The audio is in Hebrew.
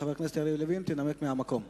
חבר הכנסת יריב לוין, תנמק מהמקום.